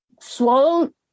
swallow